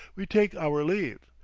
we take our leave,